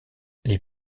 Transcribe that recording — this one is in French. les